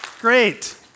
great